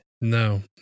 No